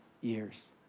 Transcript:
years